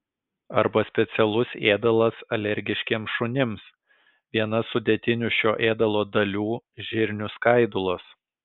arba specialus ėdalas alergiškiems šunims viena sudėtinių šio ėdalo dalių žirnių skaidulos